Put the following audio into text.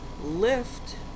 lift